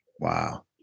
Wow